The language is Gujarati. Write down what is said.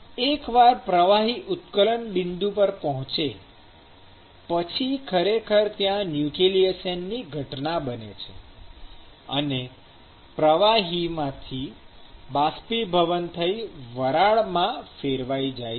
એકવાર પ્રવાહી ઉત્કલન બિંદુ પર પહોંચે પછી ખરેખર ત્યાં ન્યુક્લિએશનની ઘટના બને છે અને પાણી પ્રવાહીમાંથી બાષ્પીભવન થઈ વરાળમાં ફેરવાઈ જાય છે